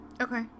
Okay